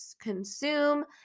consume